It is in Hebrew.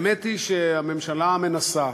האמת היא שהממשלה מנסה,